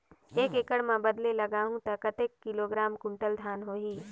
एक एकड़ मां बदले लगाहु ता कतेक किलोग्राम कुंटल धान होही?